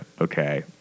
okay